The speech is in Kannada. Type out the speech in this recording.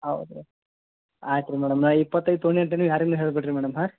ಹೌದ್ರಿ ಆಯ್ತು ರೀ ಮೇಡಮ್ ನಾ ಇಪ್ಪತ್ತೈದು ತಗೊಂಡೆ ಅಂತ ನೀವು ಯಾರಿಗೂ ಹೇಳಬೇಡ್ರಿ ಮೇಡಮ್ ಹಾಂ